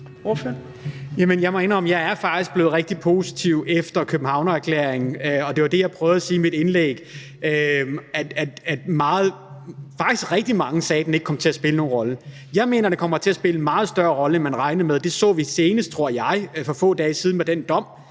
er blevet rigtig positiv efter Københavnererklæringen, og det var det, jeg prøvede at sige i mit indlæg. Faktisk sagde rigtig mange, at den ikke kom til at spille nogen rolle. Jeg mener, at det kommer til at spille en meget større rolle, end man regnede med, og det så vi senest, tror jeg, for få dage siden med den dom,